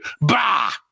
bah